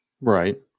Right